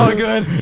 ah good!